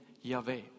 Yahweh